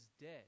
dead